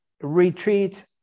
retreat